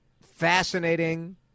fascinating